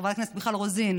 חברת הכנסת מיכל רוזין,